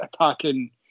attacking